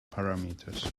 parameters